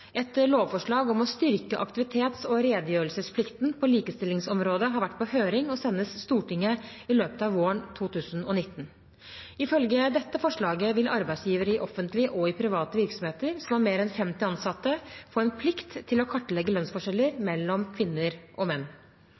Et lovforslag om å styrke aktivitets- og redegjørelsesplikten på likestillingsområdet har vært på høring og sendes Stortinget i løpet av våren 2019. Ifølge dette forslaget vil arbeidsgivere i offentlige og private virksomheter som har mer enn 50 ansatte, få en plikt til å kartlegge lønnsforskjeller mellom kvinner og menn.